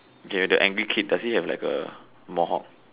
okay the angry kid does he have like a mohawk